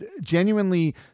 genuinely